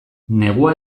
negua